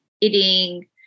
eating